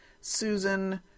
Susan